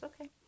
okay